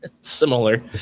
similar